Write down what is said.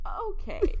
Okay